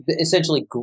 essentially